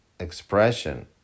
expression